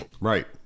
Right